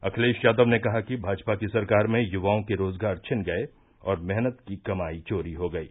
अखिलेश यादव ने कहा कि भाजपा की सरकार में युवाओं के रोजगार छिन गये और मेहनत की कमाई चोरी हो गयी